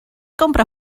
compra